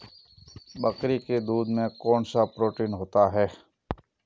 बकरी के दूध में कौनसा प्रोटीन होता है?